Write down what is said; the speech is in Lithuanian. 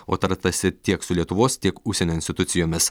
o tartasi tiek su lietuvos tiek užsienio institucijomis